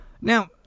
Now